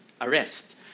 arrest